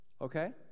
Okay